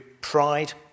pride